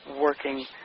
working